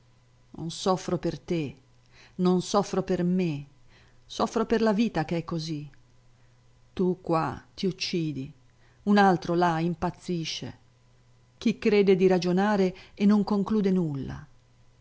non soffro per te non soffro per me soffro per la vita che è così tu qua ti uccidi un altro là impazzisce chi crede di ragionare e non conclude nulla